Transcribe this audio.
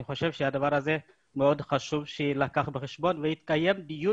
אני חושב שהדבר הזה מאוד חשוב שיילקח בחשבון ויתקיים דיון